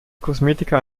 kosmetika